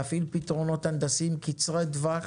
להפעיל פתרונות הנדסיים קצרי טווח,